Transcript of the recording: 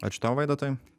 ačiū tau vaidotai